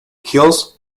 kills